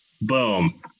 boom